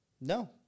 No